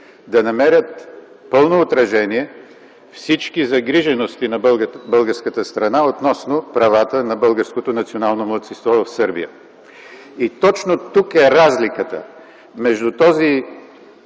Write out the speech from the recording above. да намерят пълно отражение всички загрижености на българската страна относно правата на българското национално малцинство в Сърбия. И точно тук е разликата между този